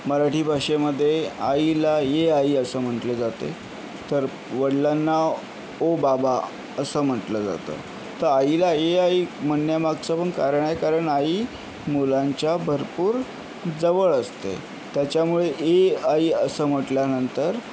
मराठी भाषेमध्ये आईला ए आई असं म्हटलं जाते तर वडिलांना ओ बाबा असं म्हटलं जातं तर आईला ए आई म्हणण्यामागचं पण कारण आहे कारण आई मुलांच्या भरपूर जवळ असते त्याच्यामुळे ए आई असं म्हटल्यानंतर